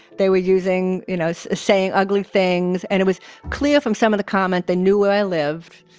they were using, you know, saying ugly things. and it was clear from some of the comments, they knew where i lived.